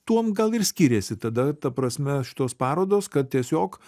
tuom gal ir skiriasi tada ta prasme šitos parodos kad tiesiog